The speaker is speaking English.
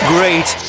Great